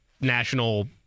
national